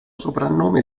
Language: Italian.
soprannome